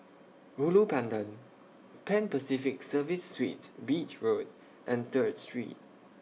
Ulu Pandan Pan Pacific Serviced Suites Beach Road and Third Street